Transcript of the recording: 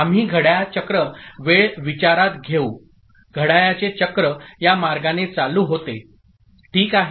आम्ही घड्याळ चक्र वेळ विचारात घेऊ घड्याळाचे चक्र या मार्गाने चालू होते ठीक आहे